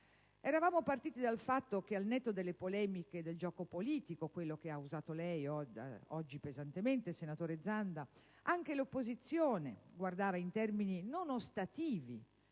Eravamo partiti dal fatto che, al netto delle polemiche del gioco politico (quelle pesantemente utilizzate oggi dal senatore Zanda), anche l'opposizione guardava in termini non ostativi